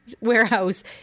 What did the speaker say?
warehouse